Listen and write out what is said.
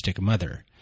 mother